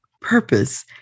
purpose